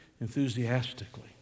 enthusiastically